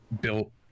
built